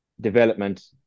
development